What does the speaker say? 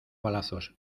balazos